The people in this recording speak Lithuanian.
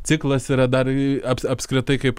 ciklas yra dar ee aps apskritai kaip